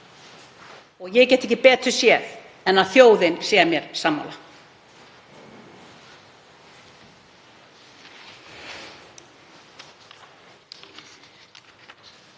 og ég get ekki betur séð en að þjóðin sé mér sammála.